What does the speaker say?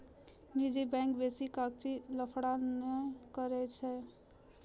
निजी बैंक बेसी कागजी लफड़ा नै करै छै